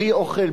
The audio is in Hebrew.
בלי אוכל,